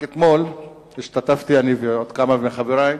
רק אתמול השתתפתי, אני ועוד כמה מחברי,